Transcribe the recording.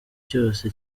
cyose